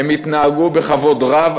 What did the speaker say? הם התנהגו בכבוד רב,